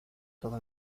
todo